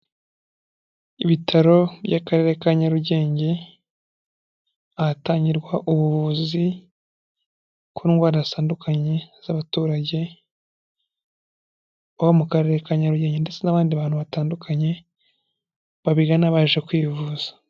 Ibitaro by'akarere ka Nyarugenge, ahatangirwa ubuvuzi ku ndwara zitandukanye z'abaturage bo mu karere ka Nyarugenge ndetse n'abandi bantu batandukanye, babigana baje kwivuza.